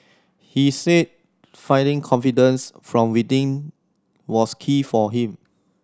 he said finding confidence from within was key for him